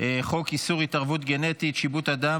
חוק איסור התערבות גנטית (שיבוט אדם